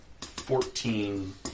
Fourteen